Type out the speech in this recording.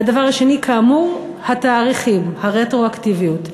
והדבר השני, כאמור, התאריכים, הרטרואקטיביות,